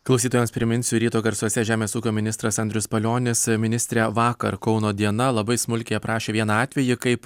klausytojams priminsiu ryto garsuose žemės ūkio ministras andrius palionis ministre vakar kauno diena labai smulkiai aprašė vieną atvejį kaip